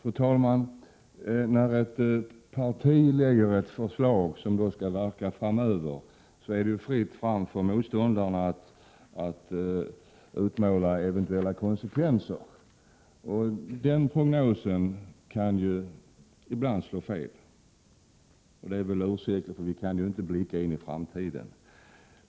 Fru talman! När ett parti lägger fram ett förslag som skall ha verkningar framöver, är det ju fritt fram för motståndarna att utmåla eventuella konsekvenser. Den prognosen kan ibland slå fel, och det är väl ursäktligt, för vi kan inte blicka in i framtiden.